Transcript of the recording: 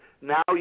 now